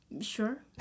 Sure